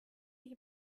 dich